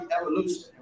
evolution